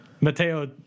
Matteo